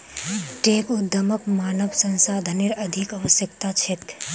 tech उद्यमक मानव संसाधनेर अधिक आवश्यकता छेक